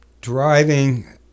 driving